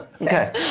Okay